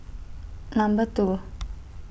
Number two